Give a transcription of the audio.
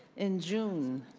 in june,